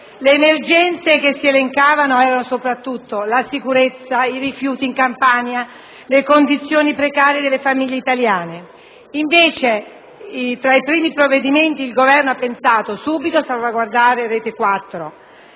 Le emergenze che si elencavano erano soprattutto la sicurezza, i rifiuti in Campania, le condizioni precarie delle famiglie italiane. Invece, tra i primi provvedimenti il Governo ha pensato subito a salvaguardare Retequattro